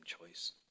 choice